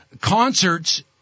concerts